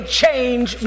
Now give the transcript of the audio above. change